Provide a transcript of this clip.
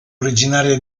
originaria